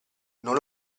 non